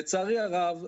לצערי הרב,